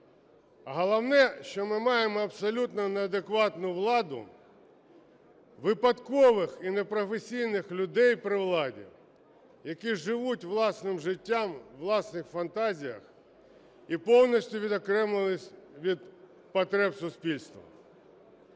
головне, що ми маємо абсолютно неадекватну владу, випадкових і непрофесійних людей при владі, які живуть власним життям у власних фантазіях і повністю відокремились від потреб суспільства.